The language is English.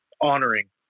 honoring